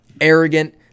arrogant